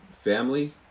family